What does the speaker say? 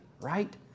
right